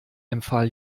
empfahl